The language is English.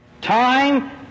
Time